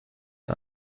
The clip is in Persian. ایم